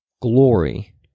glory